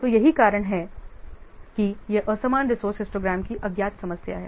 तो यही कारण है कि यह असमान रिसोर्स हिस्टोग्राम की अज्ञात समस्या है